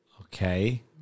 Okay